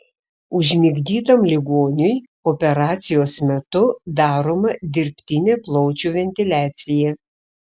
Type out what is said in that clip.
užmigdytam ligoniui operacijos metu daroma dirbtinė plaučių ventiliacija